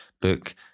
book